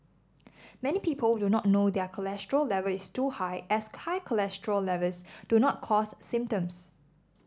many people do not know their cholesterol level is too high as high cholesterol levels do not cause symptoms